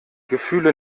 gefühle